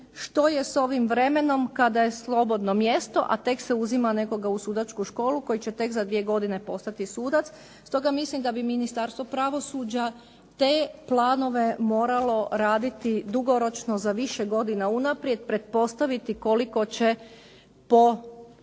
što je sa ovim vremenom kada je slobodno mjesto a tek se uzima nekoga u sudačku školu koji će tek za dvije godine postati sudac. Stoga mislim da bi Ministarstvo pravosuđa te planove moralo raditi dugoročno za više godina unaprijed, pretpostaviti koliko će po